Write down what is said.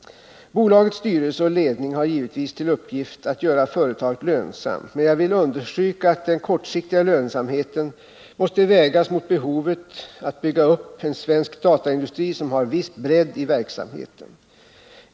Bolagets styrelse och ledning har givetvis till uppgift att göra företaget lönsamt, men jag vill understryka att den kortsiktiga lönsamheten måste vägas mot behovet att bygga upp en svensk dataindustri som har viss bredd i verksamheten.